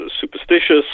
superstitious